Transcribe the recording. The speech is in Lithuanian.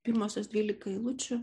pirmosios dvylika eilučių